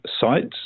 sites